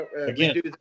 Again